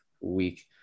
week